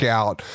out